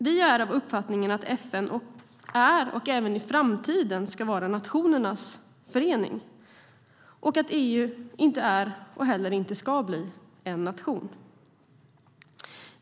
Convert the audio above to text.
Vi är av uppfattningen att FN är och även i framtiden ska vara en nationernas förening och att EU inte är och heller inte ska bli en nation.